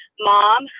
mom